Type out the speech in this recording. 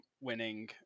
winning